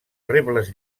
rebles